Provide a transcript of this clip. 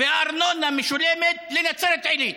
והארנונה משולמת לנצרת עילית.